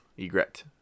Egret